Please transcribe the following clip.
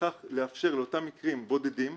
ובכך לאפשר לאותם מקרים בודדים,